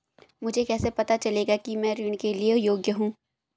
मुझे कैसे पता चलेगा कि मैं ऋण के लिए योग्य हूँ?